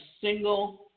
single